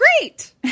great